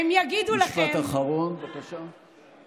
הן יגידו לכם, משפט אחרון, בבקשה.